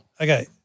Okay